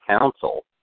Council